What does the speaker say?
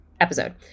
episode